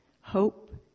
hope